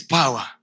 power